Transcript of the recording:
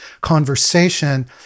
conversation